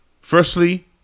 Firstly